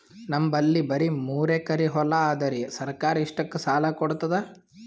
ನಮ್ ಬಲ್ಲಿ ಬರಿ ಮೂರೆಕರಿ ಹೊಲಾ ಅದರಿ, ಸರ್ಕಾರ ಇಷ್ಟಕ್ಕ ಸಾಲಾ ಕೊಡತದಾ?